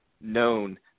known